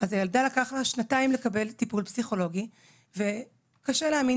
אז הילדה לקח לה שנתיים עד שהיא קיבלה טיפול פסיכולוגי וקשה להאמין